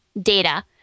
data